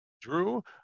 Drew